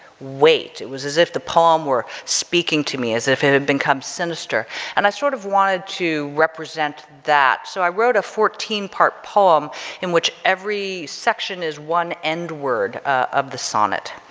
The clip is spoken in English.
wait. it was as if the poem were speaking to me as if it become sinister and i sort of wanted to represent that. so i wrote a fourteen part poem in which every section is one end word of the sonnet.